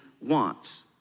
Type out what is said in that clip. wants